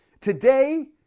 today